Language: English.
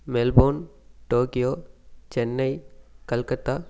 Melbourne Tokyo Chennai calcutta